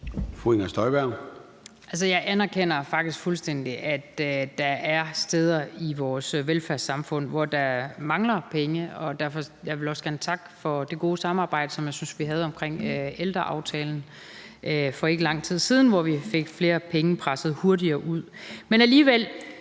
Jeg anerkender faktisk fuldstændig, at der er steder i vores velfærdssamfund, hvor der mangler penge, og jeg vil også gerne takke for det gode samarbejde, som jeg synes vi havde omkring ældreaftalen for ikke lang tid siden, hvor vi fik flere penge presset hurtigere ud. Men alligevel